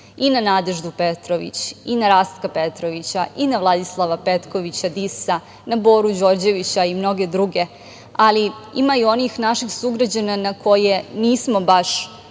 i na Nadeždu Petrović, i na Rastka Petrovića i na Vladislava Petkovića Disa, na Boru Đorđevića i mnoge druge, ali ima i onih naših sugrađana na koje nismo baš